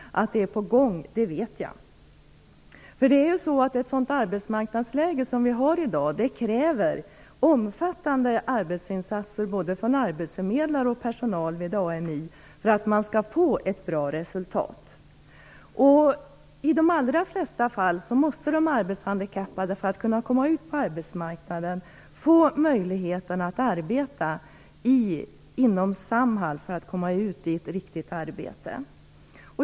Att något är på gång vet jag. I ett sådant arbetsmarknadsläge som det vi har i dag krävs det omfattande arbetsinsatser både från arbetsförmedlare och från personal vid AMI för att få ett bra resultat. I de allra flesta fall måste de arbetshandikappade få möjlighet att arbeta på Samhall för att kunna komma ut på arbetsmarknaden och för att få riktiga arbeten.